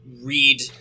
read